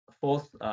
fourth